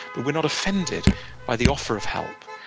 but we're not offended by the offer of help.